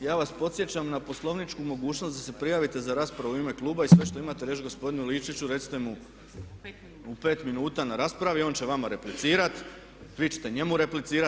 ja vas podsjećam na poslovničku mogućnost da se prijavite za raspravu u ime kluba i sve što imate reći gospodinu Ilčiću recite mu u pet minuta na raspravi i on će vama replicirati, vi ćete njemu replicirat.